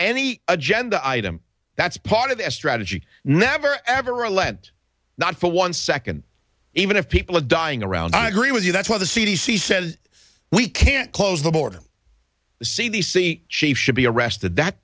any agenda item that's part of their strategy never ever relent not for one second even if people are dying around i agree with you that's why the c d c says we can't close the border say these sea chief should be arrested that